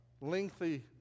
lengthy